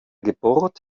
geburt